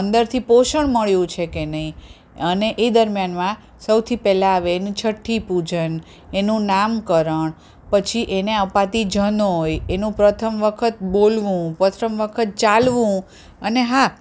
અંદરથી પોષણ મળ્યું છે કે નહીં અને એ દરમ્યાનમાં સૌથી પહેલાં આવે એનું છઠ્ઠી પૂજન એનું નામકરણ પછી એને અપાતી જનોઈ એનું પ્રથમ વખત બોલવું પ્રથમ વખત ચાલવું અને હા